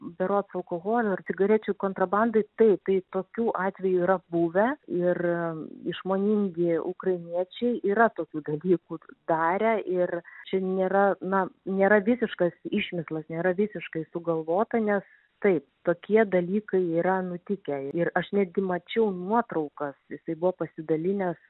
berods alkoholio ar cigarečių kontrabandai taip tai tokių atvejų yra buvę ir išmoningi ukrainiečiai yra tokių dalykų darę ir čia nėra na nėra visiškas išmislas nėra visiškai sugalvota nes taip tokie dalykai yra nutikę ir aš netgi mačiau nuotraukas jisai buvo pasidalinęs